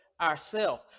Ourself